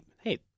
hey